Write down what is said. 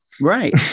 Right